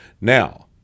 Now